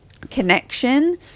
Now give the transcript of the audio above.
connection